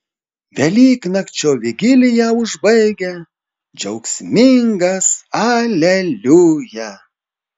velyknakčio vigiliją užbaigia džiaugsmingas aleliuja